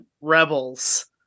rebels